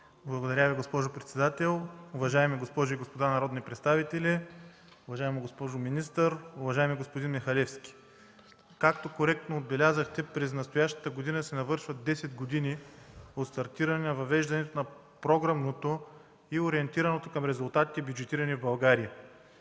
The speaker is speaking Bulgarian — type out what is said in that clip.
Благодаря. Госпожо председател, уважаеми госпожи и господа народни представители, уважаеми госпожо министър, уважаеми господин Михалевски! Както коректно отбелязахте, през настоящата година се навършват 10 години от въвеждането на програмното и ориентираното към резултати бюджетиране в България.